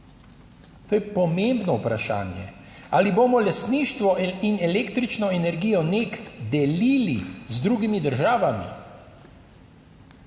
To je pomembno vprašanje. Ali bomo lastništvo in električno energijo NEK delili z drugimi državami?